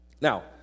Now